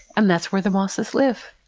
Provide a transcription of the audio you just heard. and that's where the mosses live.